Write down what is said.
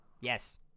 Yes